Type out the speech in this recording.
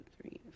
three